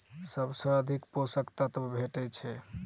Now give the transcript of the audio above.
सबसँ अधिक पोसक तत्व भेटय छै?